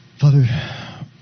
Father